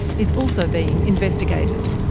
is also being investigated.